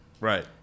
Right